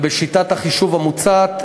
בשיטת החישוב המוצעת,